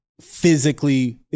physically